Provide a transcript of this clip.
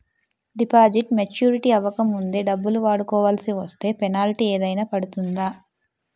Deposit maturity అవ్వక ముందే డబ్బులు వాడుకొవాల్సి వస్తే పెనాల్టీ ఏదైనా పడుతుందా?